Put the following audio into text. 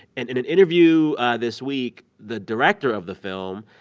and in an interview this week, the director of the film,